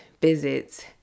visits